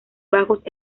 bajos